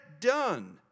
done